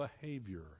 behavior